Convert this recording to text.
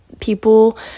people